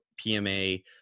PMA